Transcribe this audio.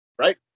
Right